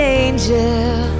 angel